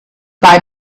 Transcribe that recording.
buy